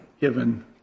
given